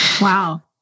Wow